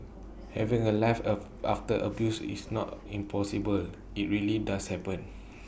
having A life of after abuse is not impossible IT really does happen